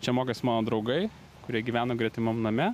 čia mokėsi mano draugai kurie gyveno gretimam name